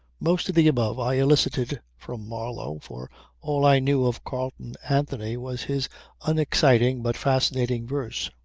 most of the above i elicited from marlow, for all i knew of carleon anthony was his unexciting but fascinating verse.